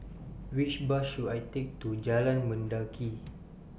Which Bus should I Take to Jalan Mendaki